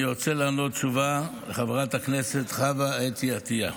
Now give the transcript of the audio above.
אני רוצה לענות תשובה לחברת הכנסת חוה אתי עטייה.